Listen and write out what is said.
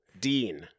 dean